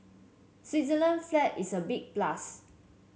Switzerland's flag is a big plus